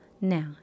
now